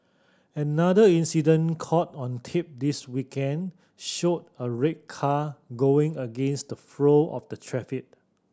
another incident caught on tape this weekend showed a red car going against the flow of the traffic